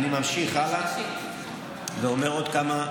אני ממשיך הלאה ואומר עוד כמה,